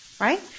Right